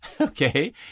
Okay